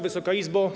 Wysoka Izbo!